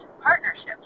partnerships